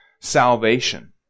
salvation